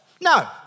No